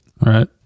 right